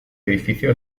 edificio